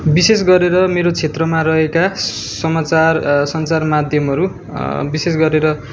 विशेष गरेर मेरो क्षेत्रमा रहेका समाचार सञ्चार माध्यमहरू विशेष गरेर